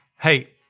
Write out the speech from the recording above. Hey